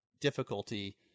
difficulty